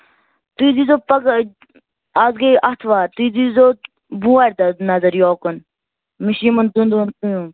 تُہۍ حظ دیٖزیو پَگاہ آز گٔے اَتھوار تُہۍ دیٖزیو بۄموارِ دۄہ حظ نَظر یوکُن مےٚ چھِ یِمَن دۄن دۄہَن کٲم